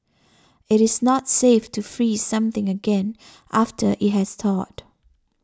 it is not safe to freeze something again after it has thawed